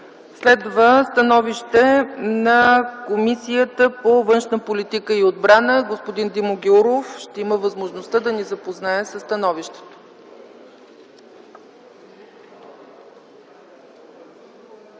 Следва становище на Комисията по външна политика и отбрана. Господин Димо Гяуров ще има възможността да ни запознае със становището.